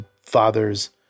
father's